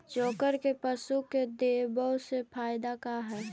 चोकर के पशु के देबौ से फायदा का है?